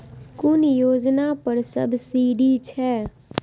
कुन योजना पर सब्सिडी छै?